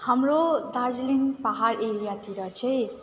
हाम्रो दार्जिलिङ पाहाड एरियातिर चाहिँ